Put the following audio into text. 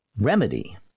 remedy